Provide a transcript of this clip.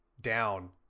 down